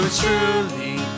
truly